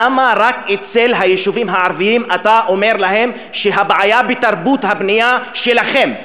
למה רק לגבי היישובים הערביים אתה אומר: הבעיה בתרבות הבנייה שלכם?